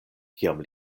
kiam